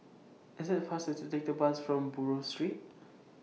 IS IT faster to Take The Bus from Buroh Street